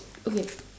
okay